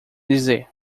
dizer